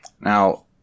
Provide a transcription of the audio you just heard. Now